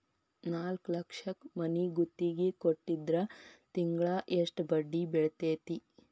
ನಾಲ್ಕ್ ಲಕ್ಷಕ್ ಮನಿ ಗುತ್ತಿಗಿ ಕೊಟ್ಟಿದ್ರ ತಿಂಗ್ಳಾ ಯೆಸ್ಟ್ ಬಡ್ದಿ ಬೇಳ್ತೆತಿ?